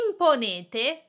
imponete